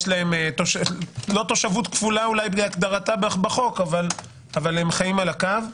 הם חיים על הקו,